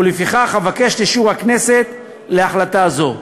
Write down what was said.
ולפיכך אבקש את אישור הכנסת להחלטה זו.